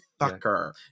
fucker